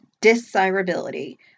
Desirability